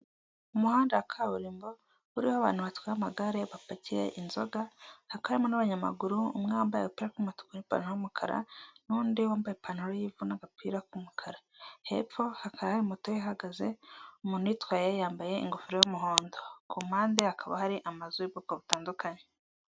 Umuhanda wa kaburimbo uriho abantu batwaye amagare bapakiye inzoga, hakaba harimo n'abanyamaguru, umwe wambaye agapira k'umutuku n'ipantaro y'umukara, n'undi wambaye ipantaro y'ivu n'agapira k'umukara, hepfo hakaba hari moto ihagaze umuntu uyitwaye yambaye ingofero y'umuhondo ku mpande hakaba hari amazu y'ubwoko butandukanye.